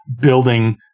building